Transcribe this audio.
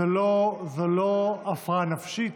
זו לא הפרעה נפשית,